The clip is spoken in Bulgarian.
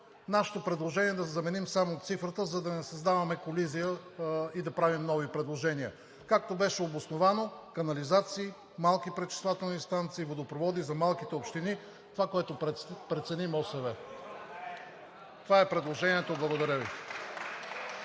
нашето предложение е да заменим само цифрата, за да не създаваме колизия и да правим нови предложения, както беше обосновано: „канализации, малки пречиствателни станции и водопроводи за малките общини“, това, което прецени МОСВ. Това е предложението. Благодаря Ви.